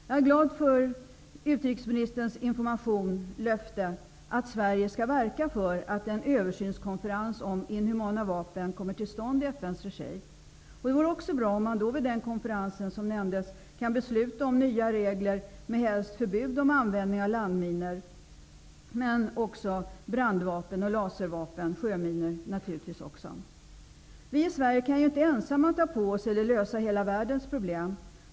Jag är glad över utrikesministerns information/ löfte om att Sverige skall verka för att en översynskonferens om inhumana vapen kommer till stånd i FN:s regi. Det vore bra om man vid den konferensen, som nämndes, också kan besluta om nya regler med, helst, förbud mot användning av landminor och också av brandvapen och laservapen. Naturligtvis gäller ett sådant förbud också sjöminor. Vi i Sverige kan inte ensamma ta på oss eller lösa hela världens problem.